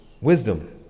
wisdom